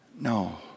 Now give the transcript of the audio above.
No